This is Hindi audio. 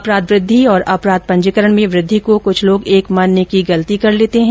अपराध वृद्धि और अपराध पंजीकरण में वृद्धि को कुछ लोग एक मानने की गलती कर लेते हैं